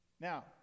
Now